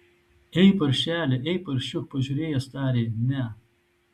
ei paršeli ei paršiuk pažiūrėjęs tarė ne